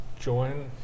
join